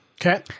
Okay